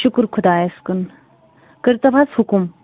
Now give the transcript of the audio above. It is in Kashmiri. شُکُر خۄدایَس کُن کٔرۍ تو حظ حُکم